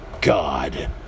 God